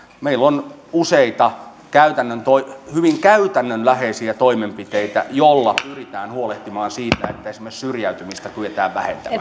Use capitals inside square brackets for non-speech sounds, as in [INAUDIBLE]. meillä on useita hyvin käytännönläheisiä toimenpiteitä joilla pyritään huolehtimaan siitä että esimerkiksi syrjäytymistä kyetään vähentämään [UNINTELLIGIBLE]